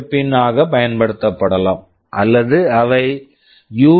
M PWM pin pin ஆக பயன்படுத்தப்படலாம் அல்லது அவை யூ